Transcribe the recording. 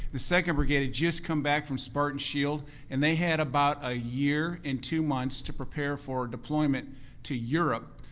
the second brigade has just come back from spartan shield and they had about a year and two months to prepare for deployment to europe,